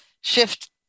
shift